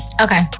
Okay